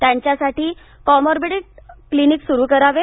त्यांच्यासाठी comorbidity clinic सुरू करावे